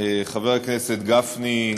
חבר הכנסת גפני,